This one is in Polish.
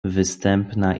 występna